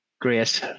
Grace